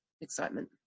excitement